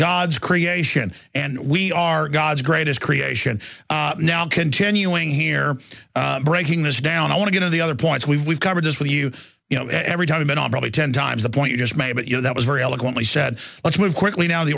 god's creation and we are god's greatest creation now continuing here breaking this down i want to get to the other points we've we've covered this with you you know every time i've been on probably ten times the point you just made but you know that was very eloquently said let's move quickly now the